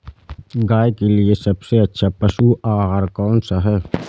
गाय के लिए सबसे अच्छा पशु आहार कौन सा है?